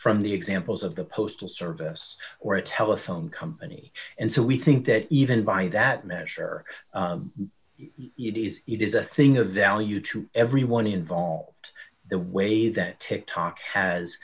from the examples of the postal service or a telephone company and so we think that even by that measure you days it is a thing of value to everyone involved the way that tick tock has